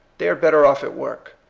they are better off at work.